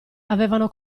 avevano